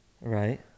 Right